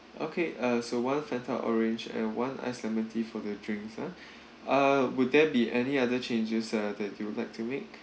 okay uh so one Fanta orange and one ice lemon tea for the drinks ah uh would there be any other changes ah that you would like to make